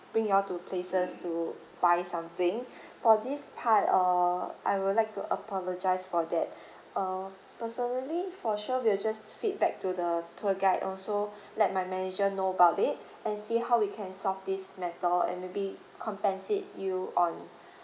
bring you all to places to buy something for this part err I would like to apologize for that err personally for sure we'll just feedback to the tour guide also let my manager know about it and see how we can solve this matter and maybe compensate you on